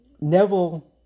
Neville